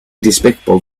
despicable